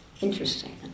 Interesting